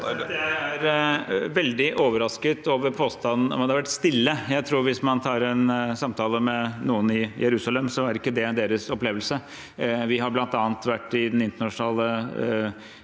Jeg er veldig over- rasket over påstanden om at det har vært stille. Jeg tror at hvis man tar en samtale med noen i Jerusalem, er det ikke det som er deres opplevelse. Vi har bl.a. vært i Den internasjonale